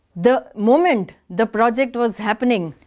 the moment the project was happening,